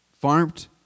Farmed